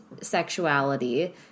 sexuality